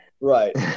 Right